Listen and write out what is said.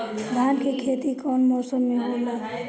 धान के खेती कवन मौसम में होला?